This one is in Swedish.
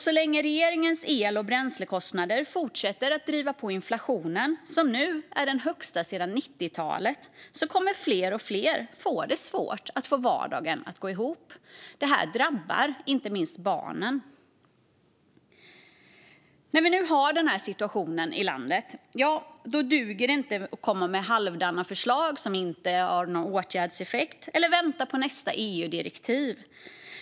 Så länge regeringens el och bränslekostnader fortsätter att driva på inflationen, som nu är på den högsta nivån sedan 90talet, kommer fler och fler få det svårt att få vardagen att gå ihop. Det här drabbar inte minst barnen. När vi nu har den här situationen i landet då duger det inte att komma med halvdana förslag som inte har någon åtgärdseffekt eller att vänta på nästa EU-direktiv.